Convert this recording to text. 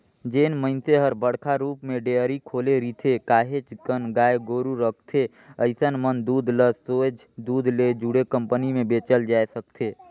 जेन मइनसे हर बड़का रुप म डेयरी खोले रिथे, काहेच कन गाय गोरु रखथे अइसन मन दूद ल सोयझ दूद ले जुड़े कंपनी में बेचल जाय सकथे